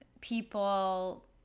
people